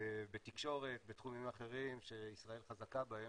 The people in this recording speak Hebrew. בתקשורת, בתחומים אחרים שישראל חזקה בהם.